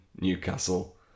Newcastle